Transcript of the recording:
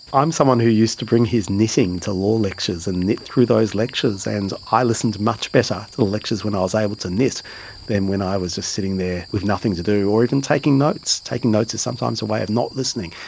i'm someone who used to bring his knitting to law lectures and knit through those lectures, and i listened much better to the lectures when i was able to knit than when i was sitting there with nothing to do, or even taking notes. taking notes is sometimes a way of not listening.